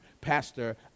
pastor